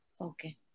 Okay